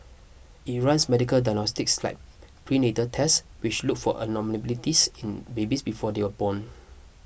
it runs medical diagnostics like prenatal tests which look for abnormalities in babies before they are born